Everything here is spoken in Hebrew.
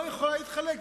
לא יכולה להתחלק,